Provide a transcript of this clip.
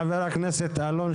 חבר הכנסת אלון,